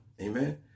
Amen